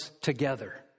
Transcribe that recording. together